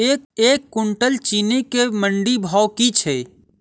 एक कुनटल चीनी केँ मंडी भाउ की छै?